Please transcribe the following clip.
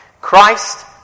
Christ